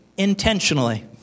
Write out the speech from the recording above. Intentionally